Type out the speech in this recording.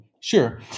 Sure